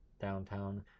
downtown